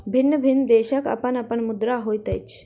भिन्न भिन्न देशक अपन अपन मुद्रा होइत अछि